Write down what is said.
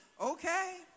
okay